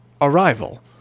arrival